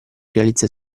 realizza